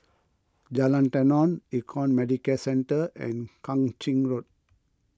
Jalan Tenon Econ Medicare Centre and Kang Ching Road